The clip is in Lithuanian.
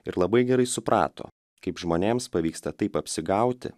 ir labai gerai suprato kaip žmonėms pavyksta taip apsigauti